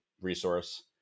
resource